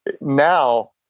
Now